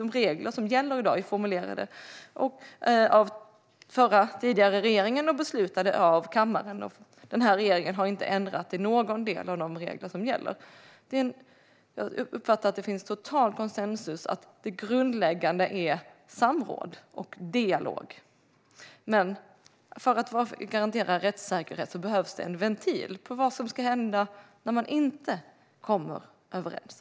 De regler som gäller i dag har formulerats och skrivits av den tidigare regeringen och beslutats av kammaren, och den här regeringen har inte ändrat i någon del av de reglerna. Jag uppfattar att det råder total konsensus om att det grundläggande är samråd och dialog. Men för att garantera rättssäkerheten behövs det en ventil när det gäller vad som ska hända när man inte kommer överens.